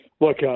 look